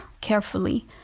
carefully